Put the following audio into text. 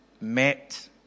met